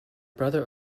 brother